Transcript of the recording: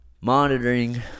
monitoring